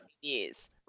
years